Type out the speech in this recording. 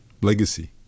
legacy